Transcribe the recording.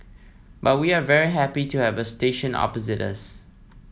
but we are very happy to have a station opposite us